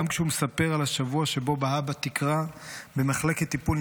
גם כשהוא מספר על השבוע שבו בהה בתקרה במחלקת טיפול,